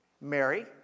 Mary